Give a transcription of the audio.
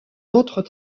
autres